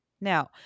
Now